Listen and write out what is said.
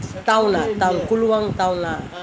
town lah town kluang town lah